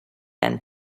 end